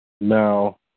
Now